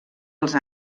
els